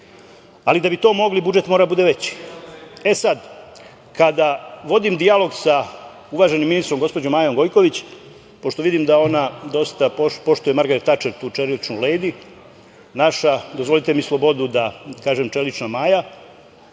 da bi to mogli, budžet mora da bude veći. Sada, kada vodim dijalog sa uvaženim ministrom, gospođom Majom Gojković, pošto vidim da ona dosta poštuje Margaret Tačer, tu „čeličnu lejdi“, naša, dozvolite mi slobodu da kažem „čelična Maja“,